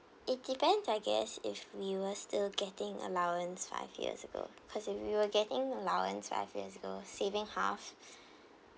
it depends I guess if you were still getting allowance five years ago because if you were getting allowance five years ago saving half